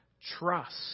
trust